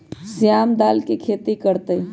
श्याम दाल के खेती कर तय